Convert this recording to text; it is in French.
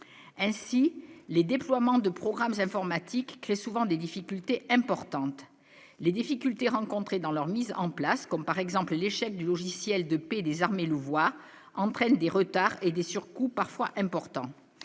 ainsi les déploiements de programmes informatiques crée souvent des difficultés importantes, les difficultés rencontrées dans leur mise en place, comme par exemple l'échec du logiciel de paie désormais Louvois entraîne des retards et des surcoûts parfois importants,